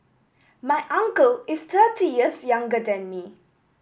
my uncle is thirty years younger than me